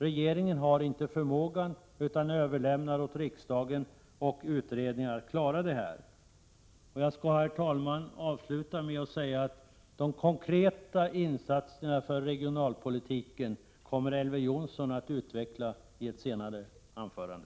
Regeringen har inte förmågan utan överlämnar åt riksdagen och utredningen att klara svårigheterna. Herr talman! Jag skall avsluta med att säga att de konkreta insatserna för regionalpolitiken kommer Elver Jonsson att utveckla i ett senare anförande.